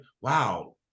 wow